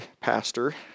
pastor